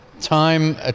time